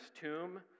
tomb